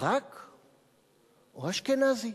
ברק או אשכנזי?